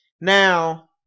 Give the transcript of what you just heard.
Now